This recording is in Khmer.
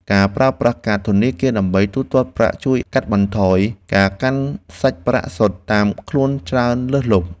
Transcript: ការប្រើប្រាស់កាតធនាគារដើម្បីទូទាត់ប្រាក់ជួយកាត់បន្ថយការកាន់សាច់ប្រាក់សុទ្ធតាមខ្លួនច្រើនលើសលប់។